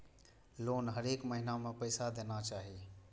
Loan हरेक महीना में पैसा देना चाहि?